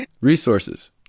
Resources